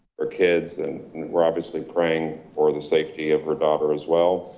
her kids. and we're obviously praying for the safety of her daughter as well.